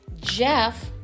Jeff